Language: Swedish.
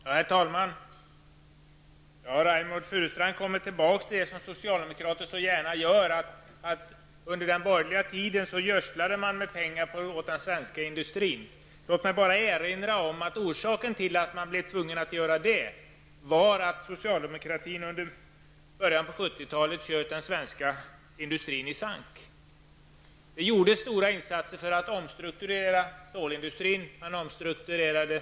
Herr talman! Reynoldh Furustrand återkommer till en sak som socialdemokraterna gärna återkommer till. Det gäller talet om att man under den borgerliga regeringstiden gödslade med pengar när det gäller den svenska industrin. Men låt mig då erinra om att orsaken till att man blev tvungen att göra det var att socialdemokraterna i början av 70 talet hade skjutit den svenska ekonomin i sank. Stora insatser gjordes för att omstrukturera stålindustrin. Träindustrin omstrukturerades.